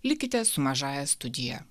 likite su mažąja studija